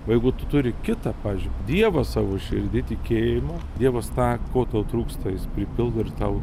jeigu tu turi kitą pavyzdžiui dievą savo širdy tikėjimo dievas tą ko tau trūksta jis pripildo ir tau